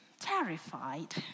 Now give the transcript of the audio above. terrified